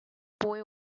boy